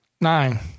Nine